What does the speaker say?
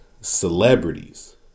celebrities